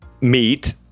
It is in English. Meat